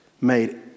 made